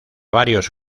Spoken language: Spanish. varios